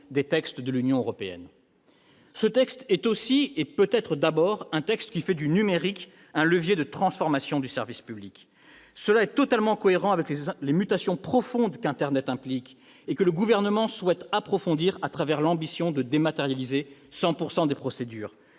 des textes de l'Union européenne. Ce projet de loi est aussi- peut-être d'abord -un texte qui fait du numérique un levier de transformation du service public. Cela est totalement cohérent avec les mutations profondes qu'internet implique et que le Gouvernement souhaite approfondir au travers de l'ambition de dématérialisation de 100 % des procédures.